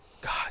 God